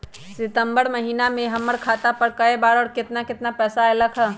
सितम्बर महीना में हमर खाता पर कय बार बार और केतना केतना पैसा अयलक ह?